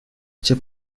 эти